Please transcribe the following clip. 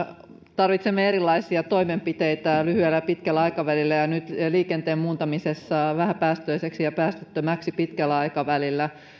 tarvitsemme erilaisia toimenpiteitä lyhyellä ja pitkällä aikavälillä ja nyt liikenteen muuntamisessa vähäpäästöiseksi ja päästöttömäksi pitkällä aikavälillä